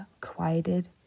quieted